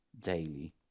daily